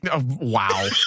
Wow